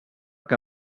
que